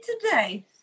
today